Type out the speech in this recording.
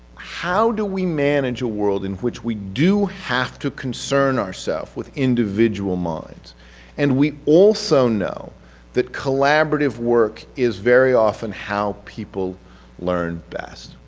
how do we manage a world in which we do have to concern ourselves with individual minds and we also know collaborative work is very often how people learn best,